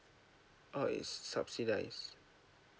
uh it's subsidise